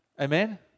Amen